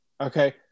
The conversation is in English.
Okay